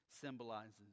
symbolizes